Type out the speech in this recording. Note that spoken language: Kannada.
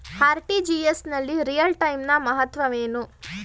ಆರ್.ಟಿ.ಜಿ.ಎಸ್ ನಲ್ಲಿ ರಿಯಲ್ ಟೈಮ್ ನ ಮಹತ್ವವೇನು?